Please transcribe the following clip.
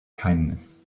kindness